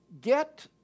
get